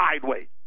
sideways